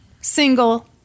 single